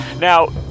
now